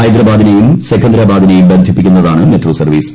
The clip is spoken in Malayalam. ഹൈദരാബാദിനെയും സെക്കന്തരാബാദിനെയും ബന്ധിപ്പിക്കുന്നതാണ് മെട്രോ സർവീസ്